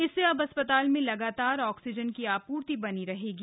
इससे अब अस्थताल में लगातार ऑक्सीजन आप्र्ति बनी रहेगी